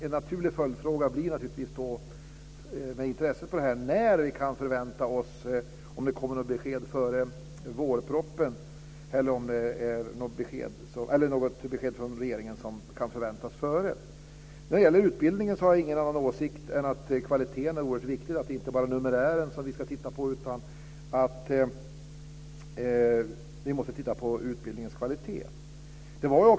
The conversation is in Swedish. En naturlig följdfråga blir naturligtvis då: Kommer regeringen att återkomma med något besked före vårpropositionen? När det gäller utbildningen har jag ingen annan åsikt än att kvaliteten är oerhört viktig. Det är inte bara numerären vi ska titta på, utan vi måste också titta på utbildningens kvalitet.